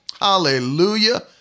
Hallelujah